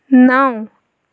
نَو